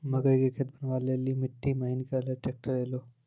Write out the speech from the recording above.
मकई के खेत बनवा ले ली मिट्टी महीन करे ले ली ट्रैक्टर ऐलो?